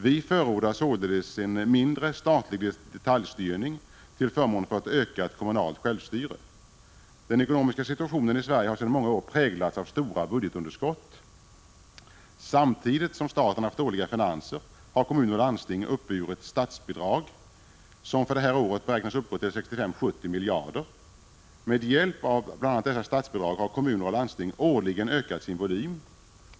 Vi förordar således en mindre statlig detaljstyrning till förmån för ett ökat kommunalt självstyre. Den ekonomiska situationen i Sverige har sedan många år präglats av stora budgetunderskott. Samtidigt som staten haft dåliga finanser har kommun och landsting uppburit statsbidrag, som för detta år beräknas uppgå till 65—70 miljarder. Med hjälp av bl.a. dessa statsbidrag har kommuner och landsting årligen ökat sin volym.